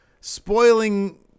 spoiling